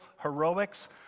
heroics